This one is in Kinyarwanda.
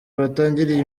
batangiriye